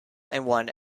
one